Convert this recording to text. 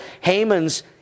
Haman's